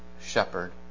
shepherd